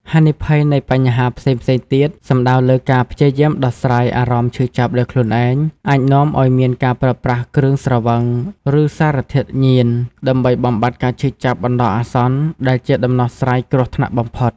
ហានិភ័យនៃបញ្ហាផ្សេងៗទៀត សំដៅលើការព្យាយាមដោះស្រាយអារម្មណ៍ឈឺចាប់ដោយខ្លួនឯង អាចនាំឱ្យមានការប្រើប្រាស់គ្រឿងស្រវឹង ឬសារធាតុញៀន ដើម្បីបំបាត់ការឈឺចាប់បណ្តោះអាសន្ន ដែលជាដំណោះស្រាយគ្រោះថ្នាក់ បំផុត។